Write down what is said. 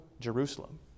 Jerusalem